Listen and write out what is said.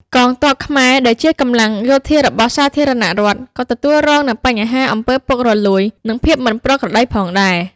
កងទ័ពខ្មែរ ដែលជាកម្លាំងយោធារបស់របបសាធារណរដ្ឋ ក៏ទទួលរងនូវបញ្ហាអំពើពុករលួយ និងភាពមិនប្រក្រតីផងដែរ។